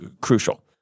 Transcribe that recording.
crucial